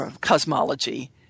cosmology